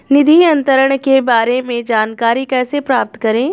निधि अंतरण के बारे में जानकारी कैसे प्राप्त करें?